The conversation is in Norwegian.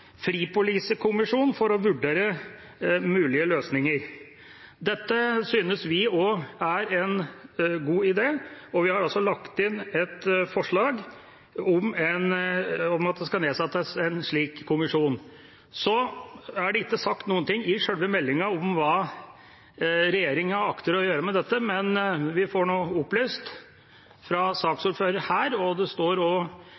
for å vurdere mulige løsninger. Dette synes også vi er en god idé, og vi har, sammen med Venstre og SV, lagt inn et forslag om at det skal nedsettes en slik kommisjon. I sjølve meldinga er det ikke sagt noe om hva regjeringa akter å gjøre med dette, men vi får nå opplyst fra saksordfører, og